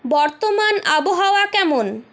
বর্তমান আবহাওয়া কেমন